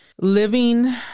living